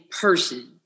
person